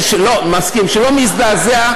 שלא מזדעזע,